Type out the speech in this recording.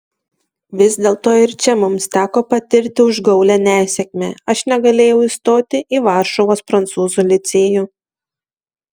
vis dėlto ir čia mums teko patirti užgaulią nesėkmę aš negalėjau įstoti į varšuvos prancūzų licėjų